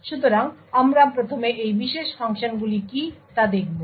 সুতরাং আমরা প্রথমে এই বিশেষ ফাংশনগুলি কী তা দেখব